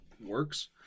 works